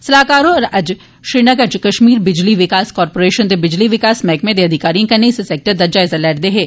सलाहकार होर अज्ज श्रीनगर च कश्मीर बिजली विकास कारपोरेशन ते बिजली विकास मैहकमें दे अधिकारिएं कन्नै इस सैक्टर दा जायजा लै करदे हे